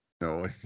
No